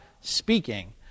speaking